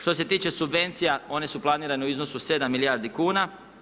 Što se tiče subvencija one su planirane u iznosu od 7 milijardi kn.